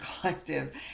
collective